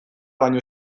baino